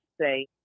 say